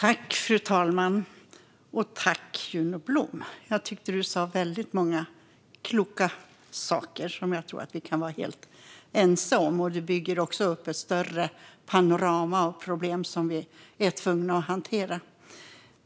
Fru talman! Tack, Juno Blom! Jag tycker att du sa väldigt många kloka saker som jag tror att vi kan vara helt ense om. Du byggde också upp ett större panorama av problem som vi är tvungna att hantera.